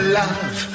love